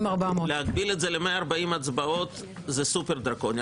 5,400. להגביל את זה ל-140 הצבעות זה סופר דרקוני.